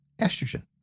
estrogen